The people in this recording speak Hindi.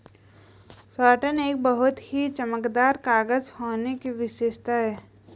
साटन एक बहुत ही चमकदार कागज होने की विशेषता है